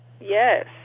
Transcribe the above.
Yes